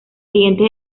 siguientes